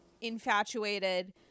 Infatuated